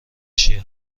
چیه